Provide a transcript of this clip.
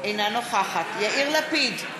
אינה נוכחת יאיר לפיד,